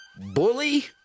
Bully